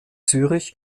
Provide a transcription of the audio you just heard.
zürich